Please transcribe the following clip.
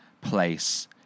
place